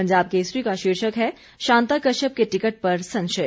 पंजाब केसरी का शीर्षक है शांता कश्यप के टिकट पर संशय